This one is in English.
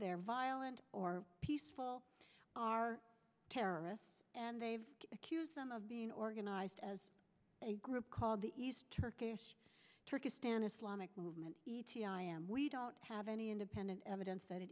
they're violent or peaceful are terrorists and they've accused them of being organized as a group called the east turkish turkistan islamic movement e t i and we don't have any independent evidence that it